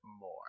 more